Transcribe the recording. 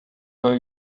know